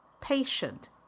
patient